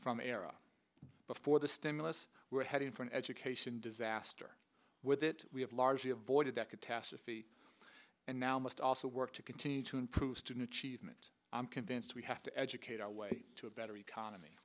the era before the stimulus we're heading for an education disaster with it we have largely avoided that catastrophe and now must also work to continue to improve student achievement i'm convinced we have to educate our way to a better economy